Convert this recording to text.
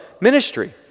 ministry